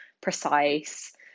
precise